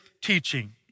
teaching